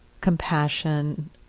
compassion